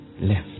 left